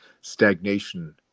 stagnation